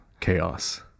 chaos